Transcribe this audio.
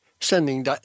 sending